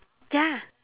ya